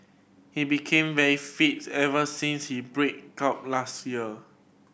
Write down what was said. he became very fit ever since he break up last year